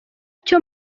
icyo